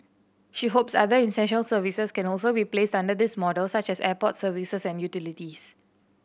she hopes other essential services can also be placed under this model such as airport services and utilities